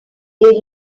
est